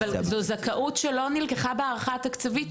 זו זכאות שלא נלקחה בהערכה התקציבית.